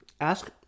ask